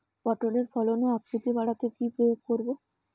পটলের ফলন ও আকৃতি বাড়াতে কি প্রয়োগ করব?